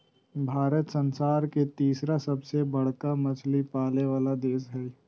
भारत संसार के तिसरा सबसे बडका मछली पाले वाला देश हइ